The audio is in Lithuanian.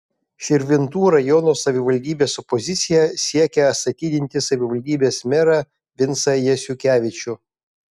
širvintų rajono savivaldybės opozicija siekia atstatydinti savivaldybės merą vincą jasiukevičių